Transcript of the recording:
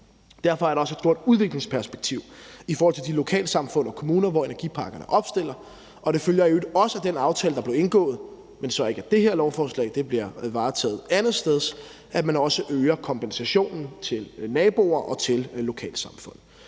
Derfor er der også et stort udviklingsperspektiv i forhold til de lokalsamfund og kommuner, hvor energiparkerne opstilles, og det følger i øvrigt også af den aftale, der blev indgået – men så ikke af det her lovforslag, for det bliver varetaget andetsteds – at man også øger kompensationen til naboer og til lokalsamfund.